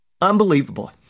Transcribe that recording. Unbelievable